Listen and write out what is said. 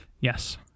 yes